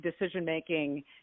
decision-making